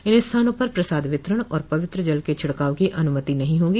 इन स्थानों पर प्रसाद वितरण और पवित्र जल के छिड़काव की अनुमति नहीं होगी